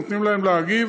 נותנים להם להגיב,